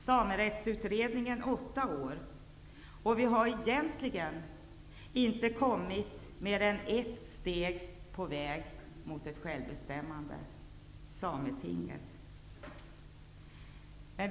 Samerättsutredningen tog åtta år, och vi har egentligen inte kommit längre än ett steg på väg mot ett självbestämmande, nämligen sametingen.